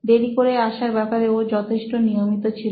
দেরি করে আসার ব্যাপারে ও যথেষ্ট নিয়মিত ছিল